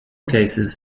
cases